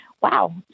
wow